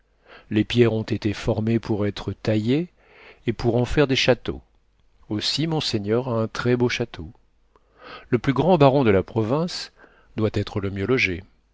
les pierres ont été formées pour être taillées et pour en faire des châteaux aussi monseigneur a un très beau château le plus grand baron de la province doit être le mieux logé